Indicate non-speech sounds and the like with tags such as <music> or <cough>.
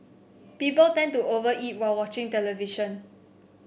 people tend to over eat while watching the television <noise>